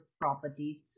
properties